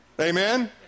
Amen